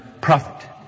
prophet